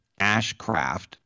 Ashcraft